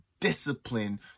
discipline